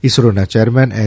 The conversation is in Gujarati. ઇસરોના ચેરમેન એન